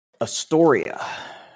Astoria